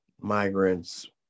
migrants